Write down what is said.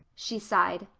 she sighed.